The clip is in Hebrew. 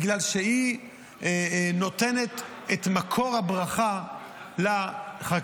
בגלל שהיא נותנת את מקור הברכה לחקלאים.